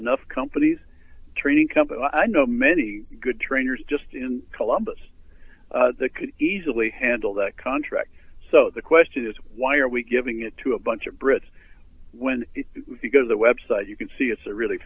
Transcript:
enough companies training company i know many good trainers just in columbus could easily handle that contract so the question is why are we giving it to a bunch of brits when you go to the web site you can see it's a really